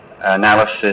analysis